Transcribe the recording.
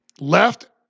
left